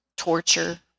torture